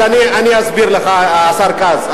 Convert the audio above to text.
אז אני אסביר לך, השר כץ.